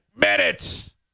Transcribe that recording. minutes